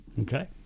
Okay